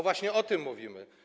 Właśnie o tym mówimy.